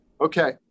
Okay